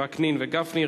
וקנין וגפני.